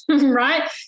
right